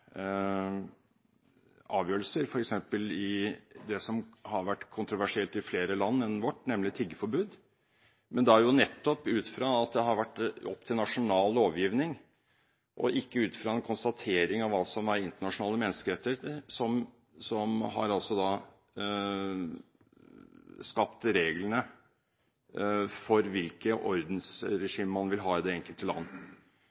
avgjørelser, f.eks. noe som har vært kontroversielt i flere land enn vårt, nemlig tiggeforbud. Men det er jo nettopp fordi det har vært opp til nasjonal lovgivning – ikke ut fra en konstatering av hva som er internasjonale menneskerettigheter – at reglene har blitt skapt for hvilke ordensregimer man vil ha i det enkelte land.